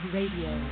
Radio